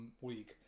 week